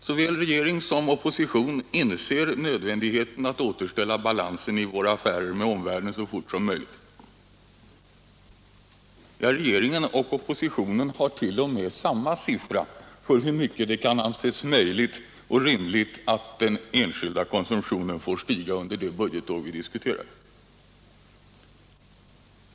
Såväl regering som opposition inser nödvändigheten av att återställa balansen i våra affärer med omvärlden så fort som möjligt. Ja, regeringen och oppositionen har t.o.m. samma siffra för hur mycket det kan anses vara möjligt och rimligt att den enskilda konsumtionen får stiga under det budgetår vi diskuterar.